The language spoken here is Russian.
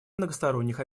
многосторонних